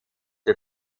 die